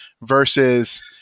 versus